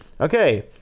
Okay